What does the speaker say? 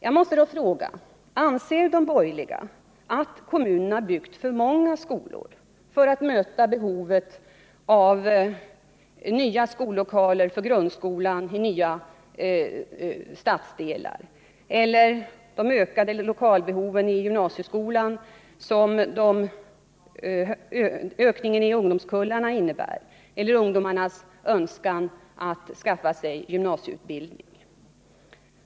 Jag måste då fråga: Anser de borgerliga att kommunerna har byggt för många skolor för att möta behovet av nya skollokaler för grundskolan i nya stadsdelar eller det ökade lokalbehovet i gymnasieskolan som beror på ökningen av ungdomskullarna eller på ungdomarnas ökade önskan att skaffa sig gymnasieutbildning?